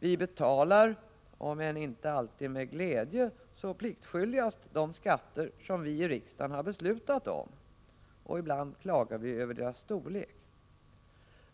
Vi betalar, om än inte alltid med glädje så pliktskyldigast, de skatter som vi i riksdagen har beslutat om. Ibland klagar vi över deras storlek.